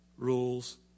Rules